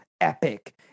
epic